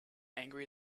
angry